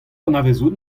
anavezout